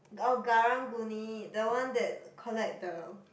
orh Karang-Guni the one that collect the